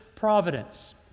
providence